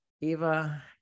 Eva